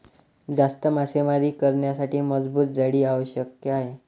जास्त मासेमारी करण्यासाठी मजबूत जाळी आवश्यक आहे